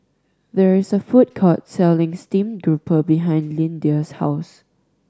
there is a food court selling steamed grouper behind Lyndia's house